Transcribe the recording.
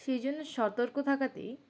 সেই জন্য সতর্ক থাকাতেই